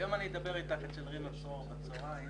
היום אני אדבר איתך אצל רינו צרור בצהריים.